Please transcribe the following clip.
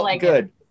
good